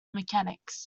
mechanics